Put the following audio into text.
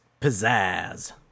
pizzazz